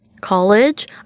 college